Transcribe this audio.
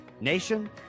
Nation